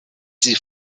sie